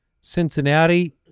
Cincinnati